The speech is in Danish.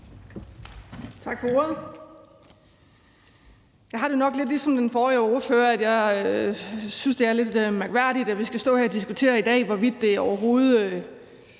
Tak for ordet. Jeg har det nok lidt ligesom den forrige ordfører, altså at jeg synes, det er lidt mærkværdigt, at vi skal stå her i dag og diskutere, hvorvidt det overhovedet